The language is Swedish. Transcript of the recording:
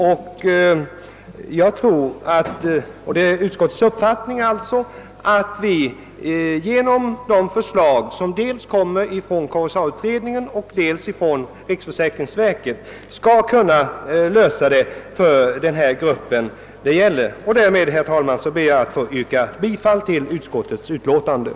Vi i utskottet anser alltså att de förslag som är att vänta dels från KSA-utredningen, dels från riksförsäkringsverket skall kunna leda till en lösning för den grupp det här gäller. Jag yrkar, herr talman, bifall till utskottets hemställan.